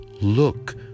look